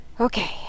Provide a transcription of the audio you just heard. Okay